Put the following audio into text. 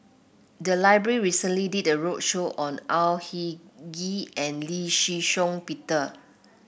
the library recently did a roadshow on Au Hing Yee and Lee Shih Shiong Peter